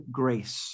grace